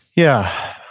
yeah.